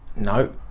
no.